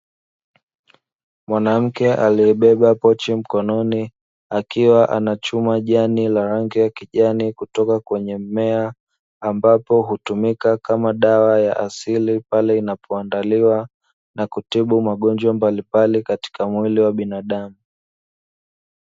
Mwanamke aliyebeba pochi mkononi akiwa anachuma jani la rangi ya kijani kutoka kwenye mme ambapo hutumika kama dawa ya asili pale inapoandaliwa na kutibu magonjwa mbalimbali katika mwili wa binadamu.